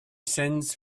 sends